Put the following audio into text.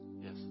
Yes